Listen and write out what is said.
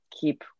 keep